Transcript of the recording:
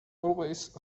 always